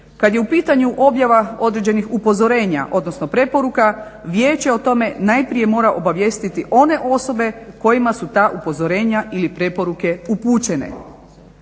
Kada je u pitanju objava određenih upozorenja odnosno preporuka vijeće o tome najprije mora obavijestiti one osobe kojima su ta upozorenja ili preporuke upućene.